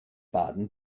baden